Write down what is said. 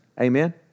Amen